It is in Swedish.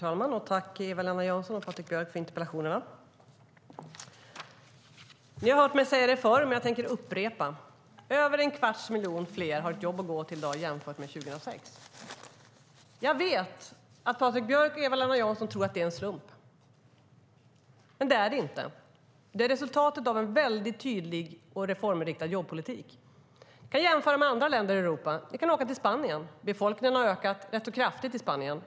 Herr talman! Tack, Eva-Lena Jansson och Patrik Björck, för interpellationerna! Ni har hört mig säga det förr, men jag tänker upprepa det. Över en kvarts miljon fler har i dag ett jobb att gå till jämfört med 2006. Jag vet att Patrik Björck och Eva-Lena Jansson tror att det är en slump. Men det är det inte. Det är resultatet av en väldigt tydlig och reforminriktad jobbpolitik. Vi kan jämföra med andra länder i Europa. Vi kan åka till Spanien. Befolkningen har ökat rätt så kraftigt i Spanien.